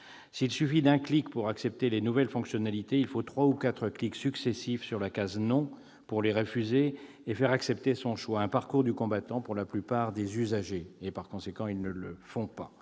S'il suffit d'un clic pour accepter les nouvelles fonctionnalités, il faut trois ou quatre clics successifs sur la case « non » pour les refuser et faire accepter son choix. Un parcours du combattant pour la plupart des usagers, qui, par conséquent, n'optent pas